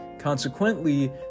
Consequently